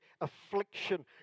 affliction